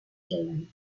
dylan